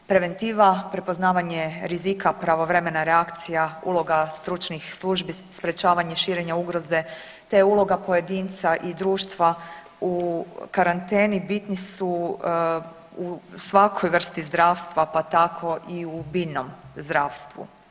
Preventiva, prepoznavanje rizika, pravovremena reakcija, uloga stručnih službi, sprječavanje širenja ugroze, te uloga pojedinca i društva u karanteni bitni su u svakoj vrsti zdravstva, pa tako i u biljnom zdravstvu.